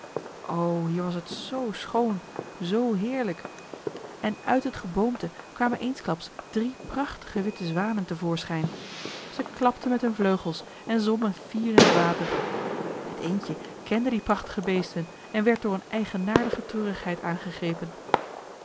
o hier was het zoo schoon zoo heerlijk en uit het geboomte kwamen eensklaps drie prachtige witte zwanen te voorschijn zij klapten met hun vleugels en zwommen fier in het water het eendje kende die prachtige beesten en werd door een eigenaardige treurigheid aangegrepen